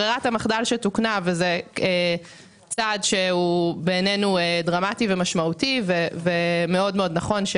ברירת המחדל שתוקנה וזה צעד שהוא בעינינו דרמטי ומשמעותי ומאוד נכון,